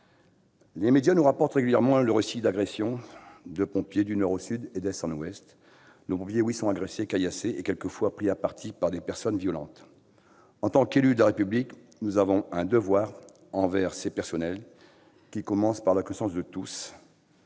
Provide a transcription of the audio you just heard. Les médias nous rapportent régulièrement le récit d'agressions de pompiers. Oui, du nord au sud et de l'est à l'ouest, nos pompiers sont agressés, caillassés et quelquefois pris à partie par des personnes violentes. En tant qu'élus de la République, nous avons un devoir envers ces personnels. Ce devoir commence par la reconnaissance de tous,